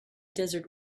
desert